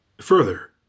Further